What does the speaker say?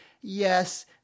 Yes